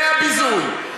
זה הביזוי.